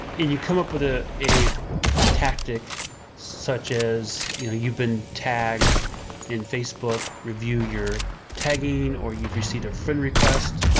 and you come up with a tactic such as, you know you've been tagged in facebook, review your tagging, or you've received a friend request,